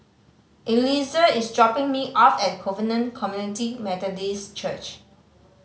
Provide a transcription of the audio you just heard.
Eliezer is dropping me off at Covenant Community Methodist Church